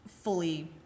fully